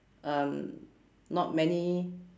um not many